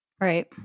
Right